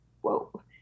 whoa